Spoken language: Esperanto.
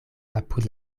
apud